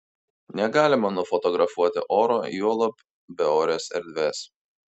negalima nufotografuoti oro juolab beorės erdvės